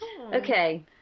okay